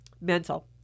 mental